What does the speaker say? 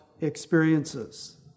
experiences